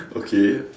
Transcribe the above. okay